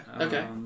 Okay